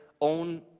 own